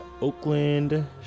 Oakland